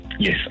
Yes